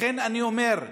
לכן אני אומר,